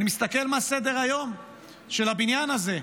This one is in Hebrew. אני מסתכל מה סדר-היום של הבניין הזה,